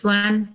one